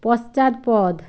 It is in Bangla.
পশ্চাৎপদ